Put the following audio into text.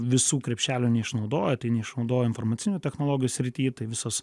visų krepšelių neišnaudojo tai neišnaudojo informacinių technologijų srity tai visos